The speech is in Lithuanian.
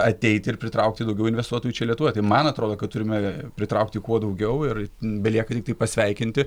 ateiti ir pritraukti daugiau investuotojų čia lietuvoje tai man atrodo kad turime pritraukti kuo daugiau ir belieka tiktai pasveikinti